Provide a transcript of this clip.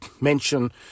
mention